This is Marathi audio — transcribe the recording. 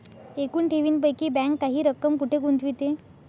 एकूण ठेवींपैकी बँक काही रक्कम कुठे गुंतविते?